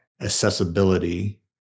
accessibility